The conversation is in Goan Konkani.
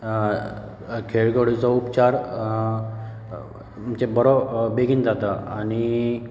खळगड्याचो उपचार म्हणचे बरो बेगीन जाता आनी